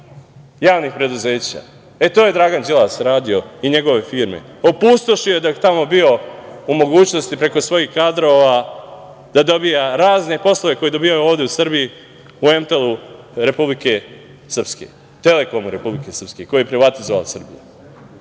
javnih preduzeća. E, to je Dragan Đilas radio i njegove firme. Opustošio je dok je tamo bio u mogućnosti preko svojih kadrova da dobija razne poslove koje je dobijao ovde u Srbiji u „Mtel“ Republike Srpske, „Telekomu“ Republike Srpske koji je privatizovala Srbija.O